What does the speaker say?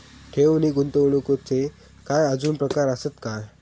ठेव नी गुंतवणूकचे काय आजुन प्रकार आसत काय?